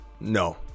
no